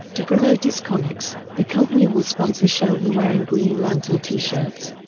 to promote its comics, the company will sponsor sheldon wearing green lantern t-shirts.